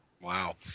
Wow